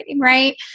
right